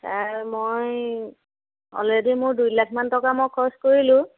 তাৰ মই অলৰেডি মোৰ দুইলাখমান টকা খৰচ কৰিলোঁ